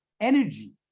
energy